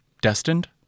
destined